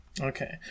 Okay